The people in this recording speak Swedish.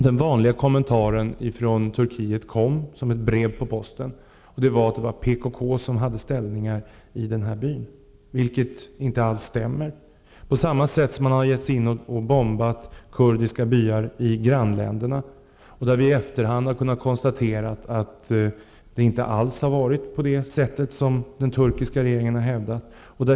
Den vanliga kommentaren från Turkiet kom som ett brev på posten, nämligen att PKK hade ställningar i denna by. Det stämmer inte alls. Kurdiska byar i grannländerna har också bombats, och vi har i efterhand på samma sätt som tidigare kunnat konstatera att det inte alls har gått till på det sätt som den turkiska regeringen har hävdat.